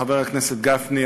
חבר הכנסת גפני,